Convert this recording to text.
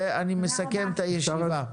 אני מסכם את הישיבה.